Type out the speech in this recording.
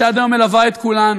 שעד היום מלווה את כולנו.